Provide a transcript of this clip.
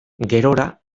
gerora